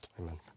amen